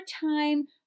time